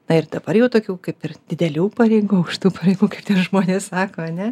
na ir dabar jau tokių kaip ir didelių pareigų aukštų pareigų kiti žmonės sako ar ne